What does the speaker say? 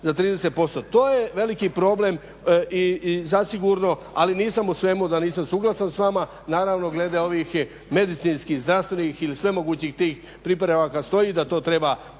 za 30%. To je veliki problem i zasigurno, ali nisam u svemu da nisam suglasan s vama, naravno glede ovih medicinskih ili zdravstvenih ili svemogućih tih pripravaka, stoji da to treba